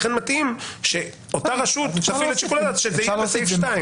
לכן מתאים שזה יהיה בסעיף (2).